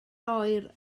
oer